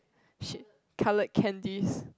!shit! coloured candies